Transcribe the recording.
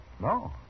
No